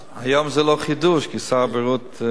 היום זה לא חידוש, כי שר הבריאות נפצע.